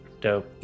Dope